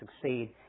succeed